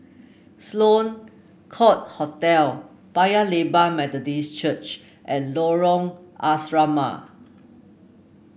Sloane Court Hotel Paya Lebar Methodist Church and Lorong Asrama